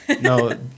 No